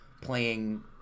playing